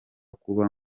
kuba